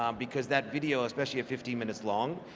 um because that video, especially at fifteen minutes long,